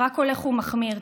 רק הולך ומחמיר,